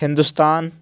Hindustan